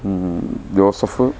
Joseph